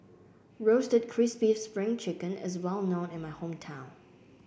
Roasted Crispy Spring Chicken is well known in my hometown